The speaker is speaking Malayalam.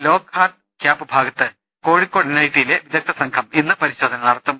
ലോക്ഹാർട്ട് ഗ്യാപ്പ് ഭാഗത്ത് കോഴിക്കോട് എൻ ഐ ടിയിലെ പിദഗ്ദ്ധസംഘം ഇന്ന് പരിശോധന നടത്തും